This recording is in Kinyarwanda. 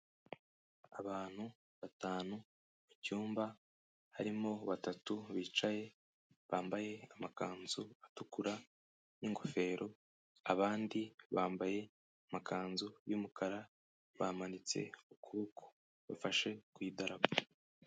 Abantu batanu mu cyumba, harimo batatu bicaye bambaye amakanzu atukura n'ingofero, abandi bambaye amakanzu y'umukara, bamanitse ukuboko, bafashe ku idarapo.